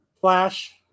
Flash